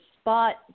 spot